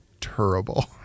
terrible